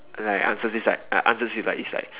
like answers this like uh answers is like is like